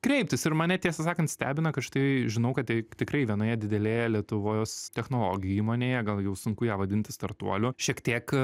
kreiptis ir mane tiesą sakant stebina kad štai žinau kad tai tikrai vienoje didelėje lietuvos technologijų įmonėje gal jau sunku ją vadinti startuoliu šiek tiek